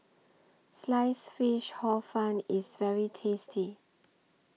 Sliced Fish Hor Fun IS very tasty